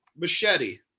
machete